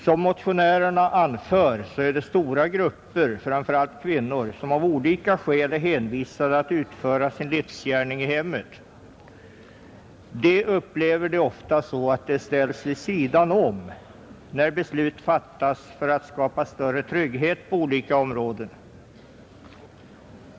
Som motionärerna anför är stora grupper, framför allt kvinnor, av olika skäl hänvisade till att utföra sin livsgärning i hemmet. De upplever det ofta så att de ställs vid sidan om, när beslut fattas för att skapa större trygghet på olika områden.